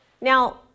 Now